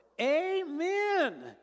Amen